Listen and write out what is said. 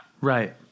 Right